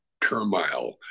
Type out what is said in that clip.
turmoil